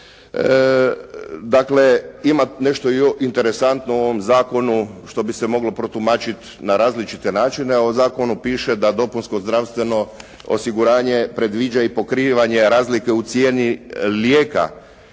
Dakle, ima nešto interesantno u ovom zakonu što bi se moglo protumačiti na različite načine a u zakonu piše da dopunsko zdravstveno osiguranje predviđa i pokrivanje razlike u cijeni lijeka.